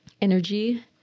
energy